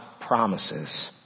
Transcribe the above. promises